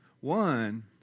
One